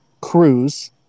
cruise